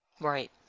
right